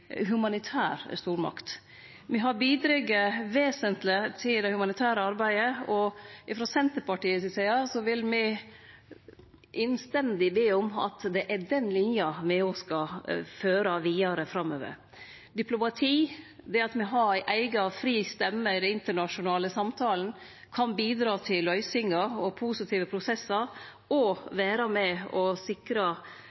humanitær stormakt. Me har bidrege vesentleg til det humanitære arbeidet, og frå Senterpartiets side vil me innstendig be om at det er den linja me òg skal føre vidare framover. Diplomati, det at me har ei eiga fri stemme i den internasjonale samtalen, kan bidra til løysingar og positive prosessar. Å vere med og